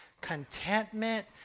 contentment